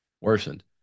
worsened